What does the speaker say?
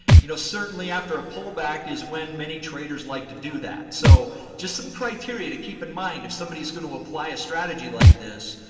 you know, certainly, after a pullback is when many traders like to do that. so just some criteria to keep in mind if somebody is going to apply a strategy like this.